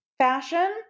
Fashion